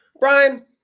Brian